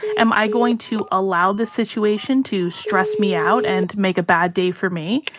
am i going to allow this situation to stress me out and make a bad day for me?